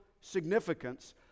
significance